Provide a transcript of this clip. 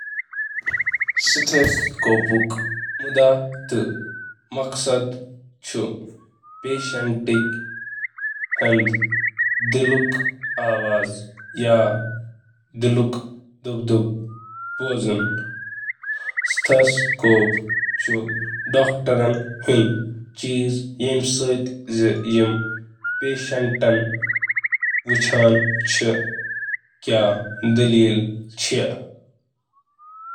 سٹیہٹ scope یُس doctor مریضن ہٕندِ دِلٕچ دھڑکن چیک کرنہٕ خٲطرٕ استعمال کران چُھ